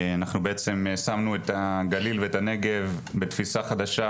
אנחנו בעצם שמנו את הגליל ואת הנגב בתפישה חדשה,